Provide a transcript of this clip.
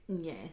Yes